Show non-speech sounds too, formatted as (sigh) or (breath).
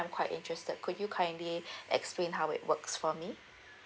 I'm quite interested could you kindly (breath) explain how it works for me